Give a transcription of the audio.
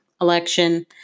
election